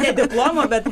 ne diplomo bet